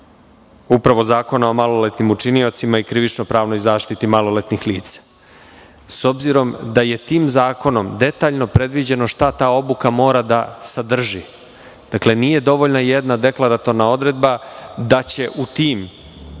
dopuna Zakona o maloletnim učiniocima i krivično pravnoj zaštiti maloletnih lica.S obzirom da je tim zakonom detaljno predviđeno šta ta odluka mora da sadrži, nije dovoljna jedna deklaratorna odredba da će u tim